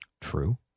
true